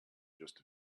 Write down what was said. just